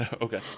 Okay